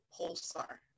pulsar